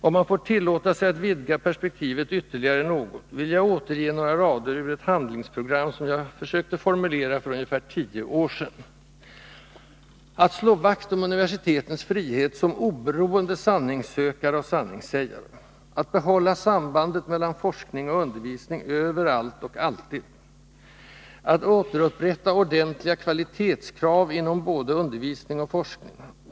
Om man får tillåta sig att vidga perspektivet ytterligare något, vill jag återge några rader ur ett handlingsprogram som jag försökte formulera för ungefär tio år sedan: ”Slå vakt om universitetens frihet som oberoende sanningssökare och sanningssägare. Behåll sambandet mellan forskning och undervisning, överallt och alltid. Återupprätta ordentliga kvalitetskrav inom både undervisning och forskning.